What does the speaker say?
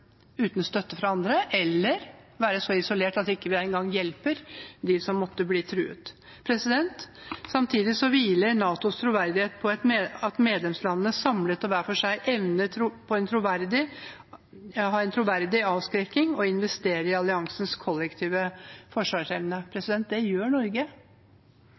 uten støtte fra andre, eller være så isolert at vi ikke engang hjelper dem som måtte bli truet. Samtidig hviler NATOs troverdighet på at medlemslandene, samlet og hver for seg, evner å ha en troverdig avskrekking og investerer i alliansens kollektive forsvarsevne. Det gjør Norge.